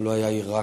ולא היה עיראק,